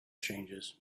changes